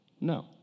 No